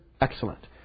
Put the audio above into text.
Excellent